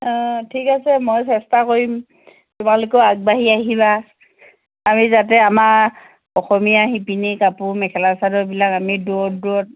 অঁ ঠিক আছে মই চেষ্টা কৰিম তোমালোকেও আগবাঢ়ি আহিবা আমি যাতে আমাৰ অসমীয়া শিপিনী কাপোৰ মেখেলা চাদৰবিলাক আমি দূৰত দূৰত